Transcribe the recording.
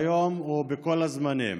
ביום ובכל הזמנים.